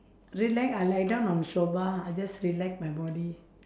relax I lie down on sofa I just relax my body